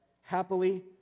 happily